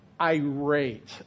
irate